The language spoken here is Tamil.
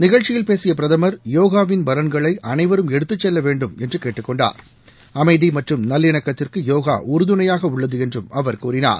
நிகழ்ச்சியில் பேசிய பிரதமர் யோகாவின் பலன்களை அனைவரும் எடுத்துச்செல்ல வேண்டும் என்றுகேட்டுக்கொண்டார் அமைதி மற்றும் நல்லிணக்கத்திற்கு யோகா உறுதுணையாக உள்ளது என்றும் அவர் கூறினார்